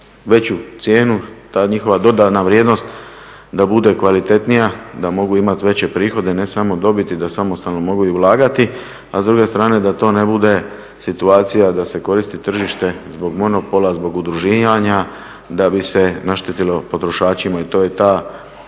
veću cijenu, ta njihova dodana vrijednost da bude kvalitetnija, da mogu imati veće prihode, ne samo dobiti, da samostalno mogu i ulagati a s druge strane da to ne bude situacija da se koristi tržište zbog monopola, zbog udruživanja da bi se naštetilo potrošačima. I to je ta